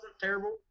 terrible